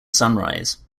sunrise